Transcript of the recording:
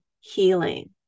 healing